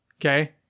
Okay